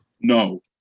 No